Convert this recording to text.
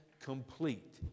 complete